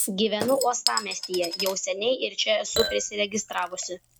gyvenu uostamiestyje jau seniai ir čia esu prisiregistravusi